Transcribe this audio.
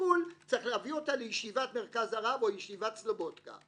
פלפול צריך להביא אותה לישיבת מרכז הרב או ישיבת סלבודקה.